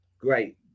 great